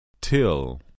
till